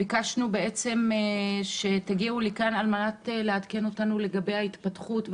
ביקשנו שתגיעו לכאן על מנת שתעדכנו אותנו לגבי ההתפתחות,